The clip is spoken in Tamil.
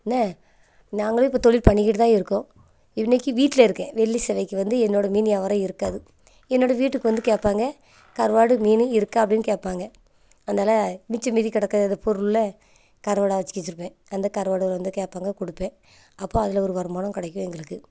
என்ன நாங்களும் இப்போ தொழில் பண்ணிக்கிட்டு தான் இருக்கோம் இன்றைக்கி வீட்டில் இருக்கேன் வெள்ளி செவ்வாய்க்கு வந்து என்னோடய மீன் யாபாரம் இருக்காது என்னோடய வீட்டுக்கு வந்து கேட்பாங்க கருவாடு மீன் இருக்கா அப்படின் கேட்பாங்க அதனால் மிச்ச மீதி கிடக்குறத பொருளில் கருவாடாக வச்சுக்கிச்சுருப்பேன் அந்த கருவாடை வந்து கேட்பாங்க கொடுப்பேன் அப்போ அதில் ஒரு வருமானம் கிடைக்கும் எங்களுக்கு